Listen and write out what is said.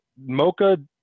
Mocha